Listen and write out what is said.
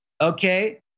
okay